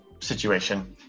situation